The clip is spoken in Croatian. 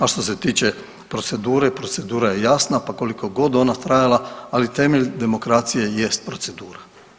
A što se tiče procedure, procedura je jasna, pa koliko god ona trajala, ali temelj demokracije jest procedura.